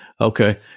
Okay